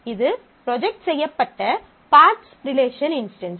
இது ப்ரொஜெக்ட் செய்யப்பட்ட parts relation instance